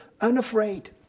unafraid